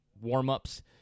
warm-ups